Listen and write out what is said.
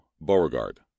Beauregard